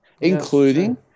including